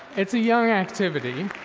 it's a young activity.